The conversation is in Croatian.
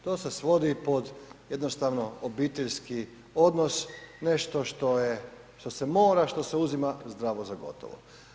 To se svodi pod jednostavno obiteljski odnos, nešto što je, što se mora, što se uzima zdravo za gotovo.